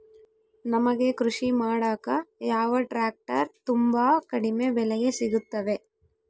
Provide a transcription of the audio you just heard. ನಮಗೆ ಕೃಷಿ ಮಾಡಾಕ ಯಾವ ಟ್ರ್ಯಾಕ್ಟರ್ ತುಂಬಾ ಕಡಿಮೆ ಬೆಲೆಗೆ ಸಿಗುತ್ತವೆ?